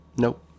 Nope